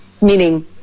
meaning